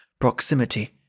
proximity